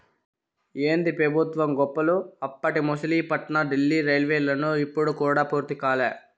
ఏందీ పెబుత్వం గప్పాలు, అప్పటి మసిలీపట్నం డీల్లీ రైల్వేలైను ఇప్పుడు కూడా పూర్తి కాలా